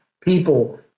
people